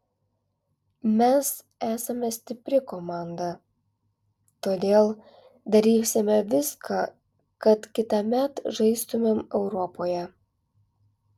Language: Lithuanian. mes esame stipri komanda todėl darysime viską kad kitąmet žaistumėm europoje